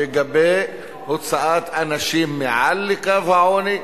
לגבי העלאת אנשים מעל לקו העוני,